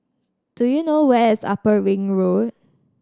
do you know where is Upper Ring Road